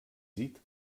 sieht